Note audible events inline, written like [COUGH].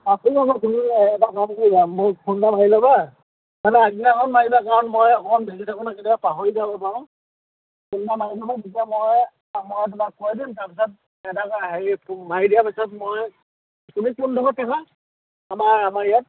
[UNINTELLIGIBLE] তুমি এটা কাম কৰিবা [UNINTELLIGIBLE] মাৰিবা কাৰণ মই অকণ বিজি থাকো ন কেতিয়াবা পাহৰি যাব পাৰো ফোন এটা মাৰি ল'বা তেতিয়া মই মই তোমাক কৈ দিম তাৰপিছত এটা হেৰি মাৰি দিয়া পিছত মই [UNINTELLIGIBLE] আমাৰ ইয়াত